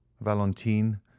Valentine